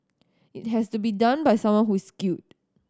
it has to be done by someone who's skilled